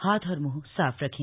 हाथ और मूंह साफ रखें